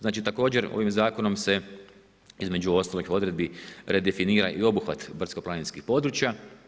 Znači također ovim zakonom se između ostalih odredbi refefinira i obuhvat brdsko-planinskih područja.